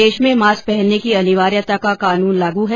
प्रदेश में मास्क पहनने की अनिवार्यता का कानून लागू है